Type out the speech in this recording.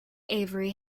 avery